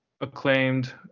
Acclaimed